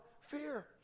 fear